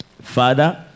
father